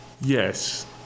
Yes